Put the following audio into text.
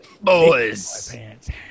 boys